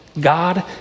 God